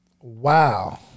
Wow